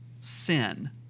sin